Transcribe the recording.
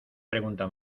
pregunta